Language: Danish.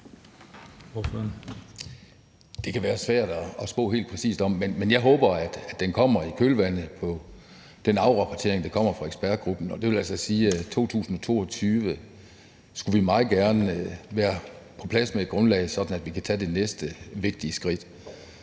Det kan være svært at spå helt præcist om, men jeg håber, at den kommer i kølvandet på den afrapportering, der kommer fra ekspertgruppen. Det vil altså sige, at vi i 2022 meget gerne skulle være på plads med et grundlag, sådan at vi kan tage det næste vigtige skridt.